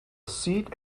seat